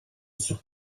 sur